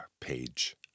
page